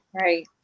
right